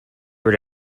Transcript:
were